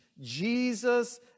Jesus